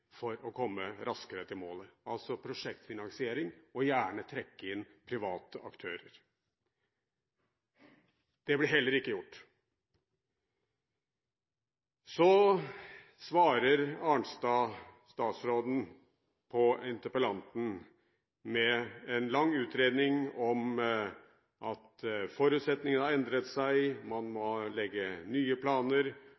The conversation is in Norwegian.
for å komme raskere til målet, altså prosjektfinansiering og gjerne trekke inn private aktører. Det ble heller ikke gjort. Så svarer statsråd Arnstad interpellanten med en lang utredning om at forutsetningene har endret seg, man må